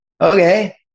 Okay